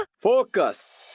focus!